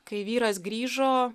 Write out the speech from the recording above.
kai vyras grįžo